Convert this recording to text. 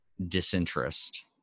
Disinterest